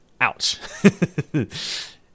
Ouch